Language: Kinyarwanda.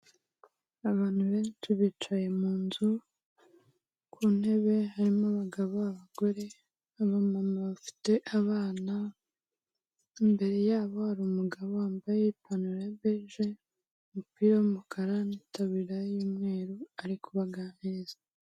Abantu benshi bicaye mu nzu ku ntebe harimo abagabo, abagore, abamama bafite abana, imbere yabo hari umugabo wambaye ipantaro ya beje, umupira w'umukara n'itaburiya y'umweru ari kubaganiriza.